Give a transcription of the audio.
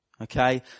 Okay